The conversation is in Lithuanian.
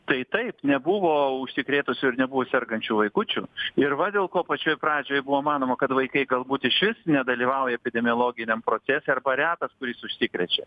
tai taip nebuvo užsikrėtusių ir nebuvo sergančių vaikučių ir va dėl ko pačioj pradžioj buvo manoma kad vaikai galbūt išvis nedalyvauja epidemiologiniam procese arba retas kuris užsikrečia